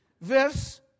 verse